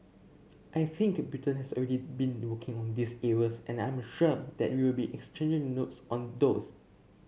I think Britain has already been working on these areas and I'm sure that we'll be exchanging notes on those